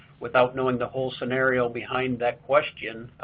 without knowing the whole scenario behind that question.